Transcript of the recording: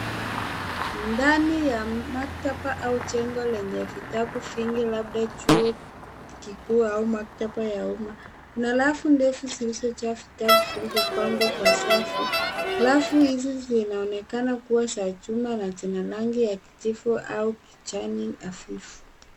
Ndani ya maktaba au jengo lenye vitabu vingi labda chuo kikua au maktaba ya umma. Kuna rafu ndefu zilizojaa vitabu vilivyopangwa kwa safu. Rafu hizi zinaonekana kuwa za chuma na zina rangi ya kijivu au kijani hafifu.